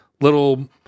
little